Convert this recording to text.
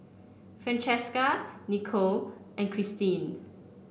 Francesca Nichole and Christine